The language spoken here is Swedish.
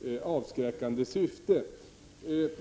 i avskräckande syfte.